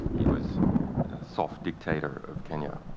he was a soft dictator of kenya.